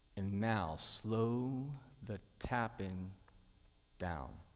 and now, slow the tapping down,